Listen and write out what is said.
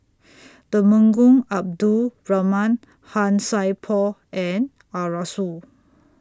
Temenggong Abdul Rahman Han Sai Por and Arasu